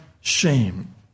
shame